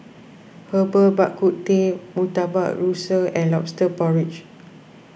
Herbal Bak Ku Teh Murtabak Rusa and Lobster Porridge